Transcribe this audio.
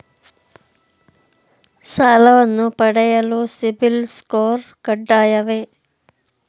ಸಾಲವನ್ನು ಪಡೆಯಲು CIBIL score ಕಡ್ಡಾಯವೇ?